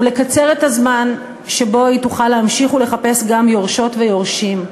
ולקצר את הזמן שבו היא תוכל להמשיך ולחפש גם יורשות ויורשים.